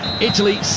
Italy